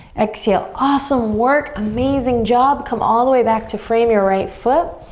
exhale. awesome work, amazing job. come all the way back to frame your right foot.